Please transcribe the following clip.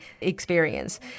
experience